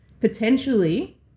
potentially